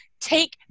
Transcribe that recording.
take